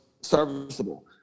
serviceable